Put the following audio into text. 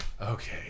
Okay